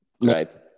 right